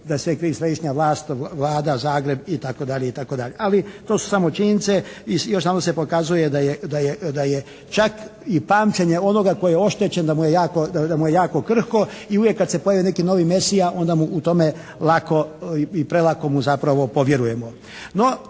je sve kriv središnja vlast, vlada, Zagreb i tako dalje i tako dalje. Ali to su samo činjenice. I još jedanput se pokazuje da je čak i pamćenje onoga tko je oštećen da mu je jako krhko i uvijek kada se pojavi neki novi mesija onda mu u tome lako i prelako mu zapravo povjerujemo.